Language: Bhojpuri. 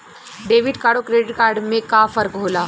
डेबिट कार्ड अउर क्रेडिट कार्ड में का फर्क होला?